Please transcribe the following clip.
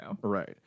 Right